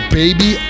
baby